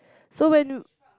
so when